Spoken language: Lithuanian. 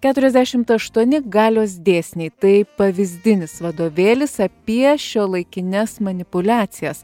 keturiasdešimt aštuoni tai pavyzdinis vadovėlis apie šiuolaikines manipuliacijas